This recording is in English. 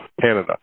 Canada